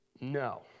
No